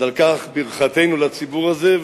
אז על כך ברכתנו לציבור הזה,